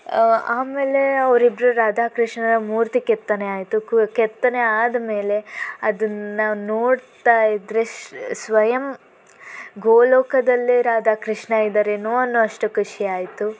ಆಮೇಲೆ ಅವರಿಬ್ರು ರಾಧಾಕೃಷ್ಣನ ಮೂರ್ತಿ ಕೆತ್ತನೆ ಆಯಿತು ಕೂ ಕೆತ್ತನೆ ಆದಮೇಲೆ ಅದನ್ನು ನೋಡ್ತಾಯಿದ್ರೆ ಸ್ವಯಂ ಗೋಲೋಕದಲ್ಲೇ ರಾಧಾಕೃಷ್ಣ ಇದ್ದಾರೇನೋ ಅನ್ನುವಷ್ಟು ಖುಷಿಯಾಯಿತು